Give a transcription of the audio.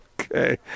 Okay